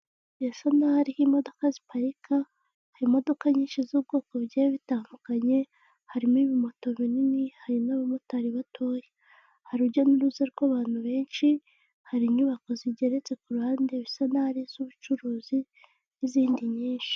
Birasa naho ariho imodoka ziparika, hari imodoka nyinshi z'ubwoko bugiye bitandukanye harimo ibimoto binini, hari n'abamotari batoya. Hari urujya n'uruza rw'abantu benshi, hari inyubako zigeretse ku ruhande bisa naho ari iz'ubucuruzi n'izindi nyinshi.